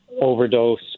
overdose